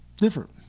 different